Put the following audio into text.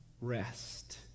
rest